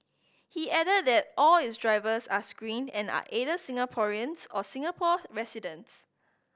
he added that all its drivers are screened and are either Singaporeans or Singapore residents